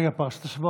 רגע, פרשת השבוע